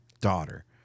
daughter